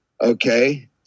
okay